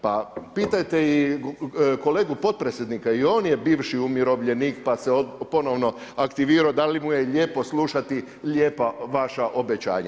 Pa pitajte i kolegu potpredsjednika i on je bivši umirovljenik, pa se ponovno aktivirao da li mu je lijepo slušati lijepa vaša obećanja.